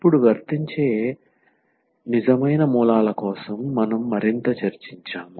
ఇప్పుడు వర్తించే నిజమైన మూలాల కోసం మనం మరింత చర్చించాము